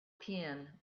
pen